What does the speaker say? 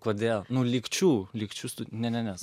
kodėl nu lygčių lygčių stu ne ne ne